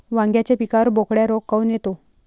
वांग्याच्या पिकावर बोकड्या रोग काऊन येतो?